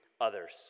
others